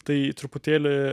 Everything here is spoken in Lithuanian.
tai truputėlį